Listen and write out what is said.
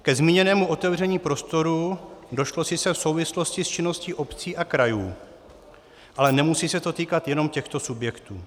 Ke zmíněnému otevření prostoru došlo sice v souvislosti s činností obcí a krajů, ale nemusí se to týkat jenom těchto subjektů.